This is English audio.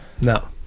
no